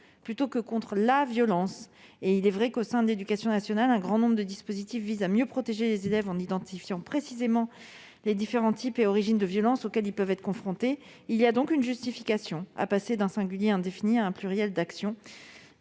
lutte contre « la violence ». Il est vrai qu'il existe, au sein de l'éducation nationale, un grand nombre de dispositifs visant à mieux protéger les élèves, en identifiant précisément les différents types et origines des violences auxquelles ils peuvent être confrontés. Il y a donc une justification à passer d'un singulier indéfini à un pluriel d'action.